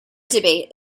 debate